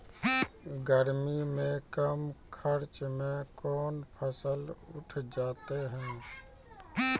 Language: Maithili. गर्मी मे कम खर्च मे कौन फसल उठ जाते हैं?